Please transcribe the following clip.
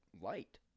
light